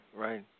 right